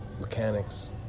mechanics